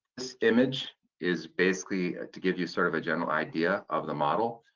this image is basically to give you, sort of, a general idea of the model.